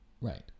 Right